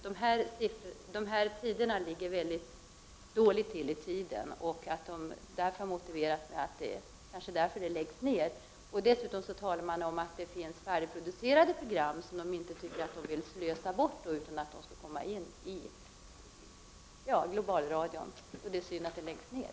Program med dålig sändningstid läggs ofta ned. Dessutom talas det om att det finns färdigproducerade program som man inte tycker att man vill slösa bort utan vill skall sändas i Giobalradion i stället. Därför är det synd om programmet läggs ned.